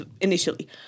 initially